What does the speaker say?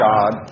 God